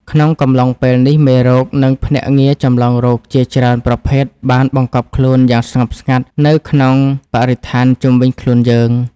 ក្នុងកំឡុងពេលនេះ មេរោគ និងភ្នាក់ងារចម្លងរោគជាច្រើនប្រភេទបានបង្កប់ខ្លួនយ៉ាងស្ងប់ស្ងាត់នៅក្នុងបរិស្ថានជុំវិញខ្លួនយើង។